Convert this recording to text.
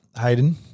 Hayden